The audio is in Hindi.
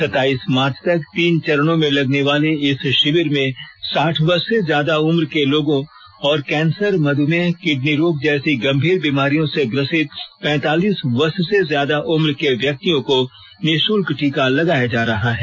सताईस मार्च तक तीन चरणों में लगने वाले इस शिविर में साठ वर्ष से ज्यादा उम्र के लोगों और कैंसर मधुमेह किडनी रोग जैरी गंभीर बीमारियों से ग्रसित पैंतालीस वर्ष से ज्यादा उम्र के व्यक्तियों को निःशुल्क टीका लगाया जा रहा है